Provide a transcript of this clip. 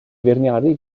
feirniadu